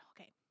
okay